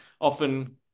often